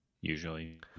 Usually